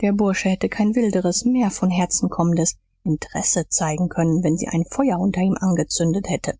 der bursche hätte kein wilderes mehr von herzen kommendes interesse zeigen können wenn sie ein feuer unter ihm angezündet hätte